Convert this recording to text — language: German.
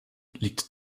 liegt